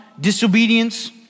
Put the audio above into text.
disobedience